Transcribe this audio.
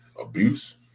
Abuse